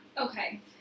Okay